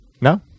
No